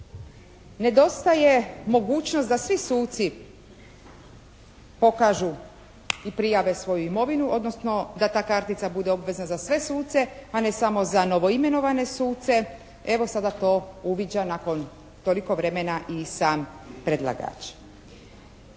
nedostaje mogućnost da svi suci pokažu i prijave svoju imovinu odnosno da ta kartica bude obvezna za sve suce a ne samo za novoimenovane suce. Evo sada to uviđa nakon toliko vremena i sam predlagač.